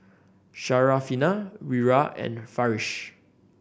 Syarafina Wira and Farish